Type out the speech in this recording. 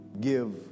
give